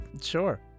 Sure